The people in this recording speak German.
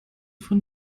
von